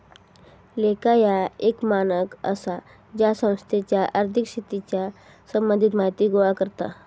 लेखा ह्या एक मानक आसा जा संस्थेच्या आर्थिक स्थितीच्या संबंधित माहिती गोळा करता